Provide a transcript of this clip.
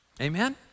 Amen